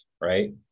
right